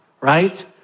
right